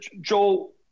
joel